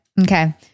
Okay